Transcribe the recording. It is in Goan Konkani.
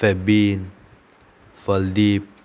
फेबीन फलदीप